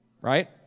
right